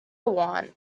want